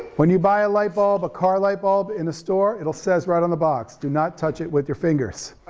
when you buy a light bulb, a car light bulb in the store, it'll says right on the box, do not touch it with your fingers.